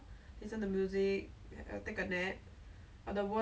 what what's like your best memory on the flight or something